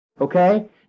Okay